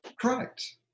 Correct